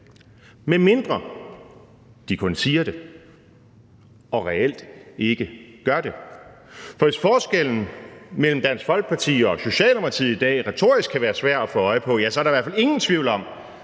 medmindre de kun siger det og reelt ikke gør det. For hvis forskellen mellem Dansk Folkeparti og Socialdemokratiet i dag retorisk kan være svær at få øje på, ja, så er der i hvert fald ingen tvivl om,